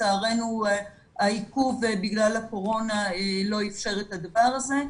לצערנו העיכוב בגלל הקורונה לא אפשר את הדבר הזה.